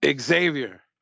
Xavier